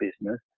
business